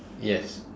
yes